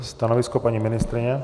Stanovisko paní ministryně?